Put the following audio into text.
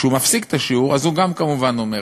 כשהוא מפסיק את השיעור, הוא גם כמובן אומר.